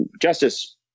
Justice